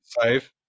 save